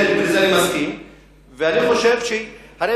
אנחנו נגד התנחלויות --- תהיה בעד,